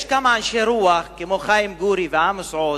יש כמה אנשי רוח, כמו חיים גורי ועמוס עוז,